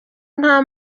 nta